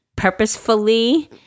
purposefully